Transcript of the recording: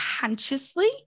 Consciously